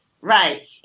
Right